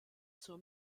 zur